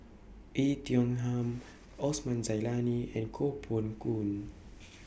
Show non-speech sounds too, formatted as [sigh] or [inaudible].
Oei Tiong Ham [noise] Osman Zailani and Koh Poh Koon [noise]